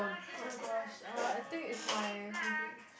oh-my-gosh uh I think is my compu~